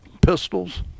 pistols